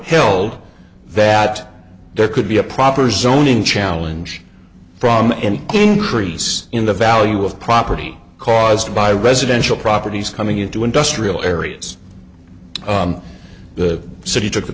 held that there could be a proper zoning challenge from any increase in the value of property caused by residential properties coming into industrial areas the city took the